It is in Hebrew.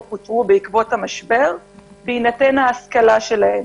פוטרו בעקבות המשבר בהינתן ההשכלה שלהם.